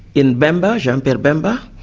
in bemba, jean-pierre bemba,